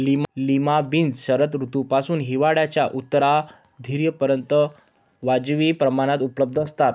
lima beans शरद ऋतूपासून हिवाळ्याच्या उत्तरार्धापर्यंत वाजवी प्रमाणात उपलब्ध असतात